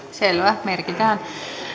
selvä merkitään